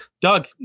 Doug